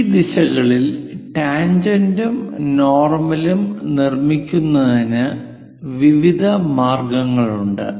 ഈ ദിശകളിൽ ടാൻജെന്റും നോർമലും നിർമ്മിക്കുന്നതിന് വിവിധ മാർഗങ്ങളുണ്ട്